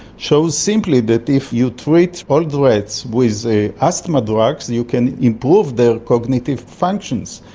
shows simply that if you treat old rats with the asthma drugs you can improve their cognitive functions.